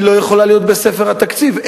היא לא יכולה להיות בספר התקציב,